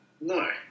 No